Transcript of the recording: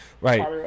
right